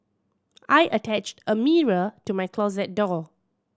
I attached a mirror to my closet door